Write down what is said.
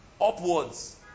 upwards